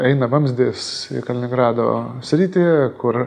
eina vamzdis į kaliningrado sritį kur